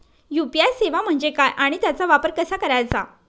UPI सेवा म्हणजे काय आणि त्याचा वापर कसा करायचा?